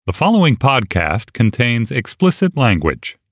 the following podcast contains explicit language